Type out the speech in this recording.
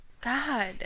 God